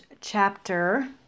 Chapter